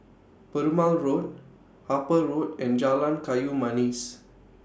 Perumal Road Harper Road and Jalan Kayu Manis